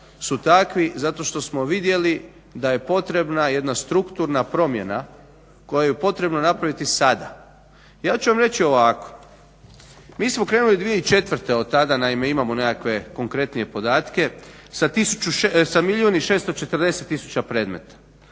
su takvi zato što smo vidjeli da je potrebna jedna strukturna promjena koju je potrebno napraviti sada. Ja ću vam reći ovako, mi smo krenuli 2004., otada naime imamo nekakve konkretnije podatke, sa milijun i 640 tisuća predmeta